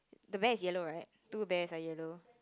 the bear is yellow right two bears are yellow